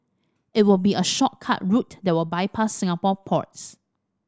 it will be a shortcut route that will bypass Singapore ports